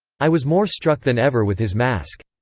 i was more struck than ever with his mask.